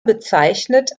bezeichnet